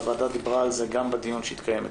הוועדה דיברה על זה גם בדיון שהתקיים אתמול.